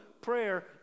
prayer